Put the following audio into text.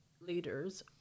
leaders